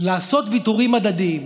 לעשות ויתורים הדדיים,